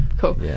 cool